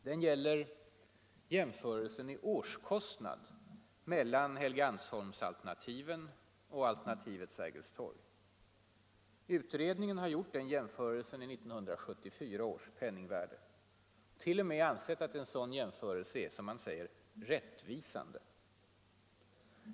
Det gäller jämförelsen i årskostnad mellan Helgeandsholmsalternativen och alternativet Sergels torg. Utredningen har gjort den jämförelsen i 1974 års penningvärde och t.o.m. ansett att en sådan jämförelse är ”rättvisande”.